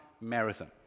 Marathon